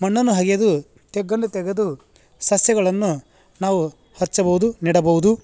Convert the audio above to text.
ಮಣ್ಣನ್ನು ಅಗೆದು ತಗ್ಗನ್ನು ತೆಗೆದು ಸಸ್ಯಗಳನ್ನು ನಾವು ಹಚ್ಚಬೌದು ನೆಡಬೌದು